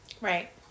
Right